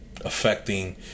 affecting